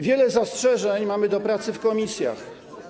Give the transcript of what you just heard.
Wiele zastrzeżeń mamy do pracy w komisjach.